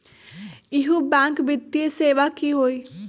इहु बैंक वित्तीय सेवा की होई?